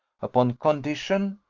upon condition,